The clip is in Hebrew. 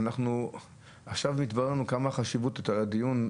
עכשיו מתבררת לנו חשיבות הדיון.